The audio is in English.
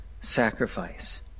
sacrifice